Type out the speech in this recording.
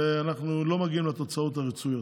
ואנחנו לא מגיעים לתוצאות הרצויות.